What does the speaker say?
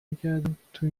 میکردم، تو